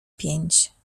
pięć